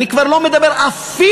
אני כבר לא מדבר אפילו,